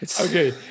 Okay